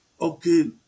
okay